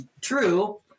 true